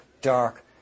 dark